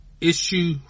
issue